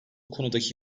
konudaki